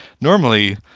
normally